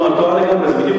לא, זה בדיוק הפוך.